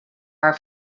our